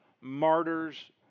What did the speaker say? martyrs